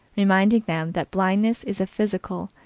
reminding them that blindness is a physical,